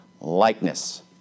likeness